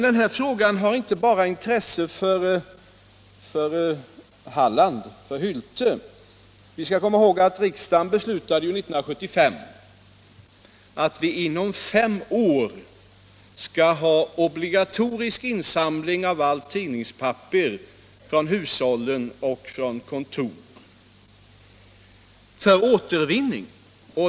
Den här frågan har inte bara intresse för Halland och för Hylte. Vi skall komma ihåg att riksdagen 1975 beslutade att vi inom fem år skall ha obligatorisk insamling och återvinning av allt avfallspapper från hushållen och kontoren.